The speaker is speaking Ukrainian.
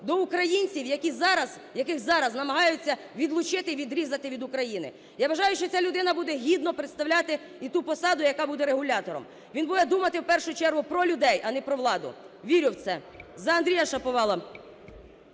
до українців, яких зараз намагаються відлучити і відрізати від України. Я вважаю, що ця людина буде гідно представляти і ту посаду, яка буде регулятором. Він буде думати в першу чергу про людей, а не про владу. Вірю в це. За Андрія Шаповала!